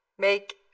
make